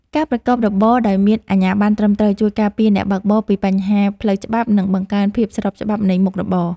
ការប្រកបរបរដោយមានអាជ្ញាបណ្ណត្រឹមត្រូវជួយការពារអ្នកបើកបរពីបញ្ហាផ្លូវច្បាប់ និងបង្កើនភាពស្របច្បាប់នៃមុខរបរ។